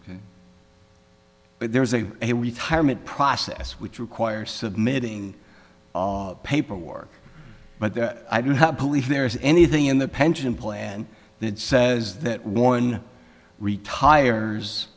right but there is a a retirement process which requires submitting paperwork but i do not believe there is anything in the pension plan that says that one retires